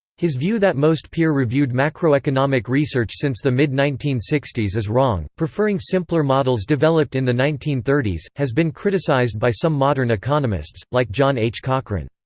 his view that most peer-reviewed macroeconomic research since the mid nineteen sixty s is wrong, preferring simpler models developed in the nineteen thirty s, has been criticized by some modern economists, like john h. cochrane.